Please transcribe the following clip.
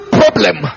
problem